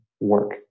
work